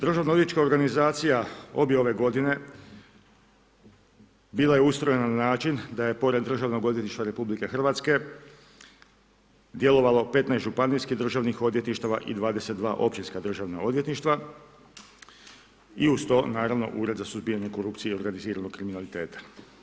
Državno odvjetnička organizacija obje ove godine bila je ustrojena na način da je pored DORH-a djelovalo 15 županijskih državnih odvjetništava i 22 općinska državna odvjetništva i uz to naravno Ured za suzbijanje korupcije i organiziranog kriminaliteta.